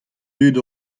dud